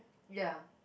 ya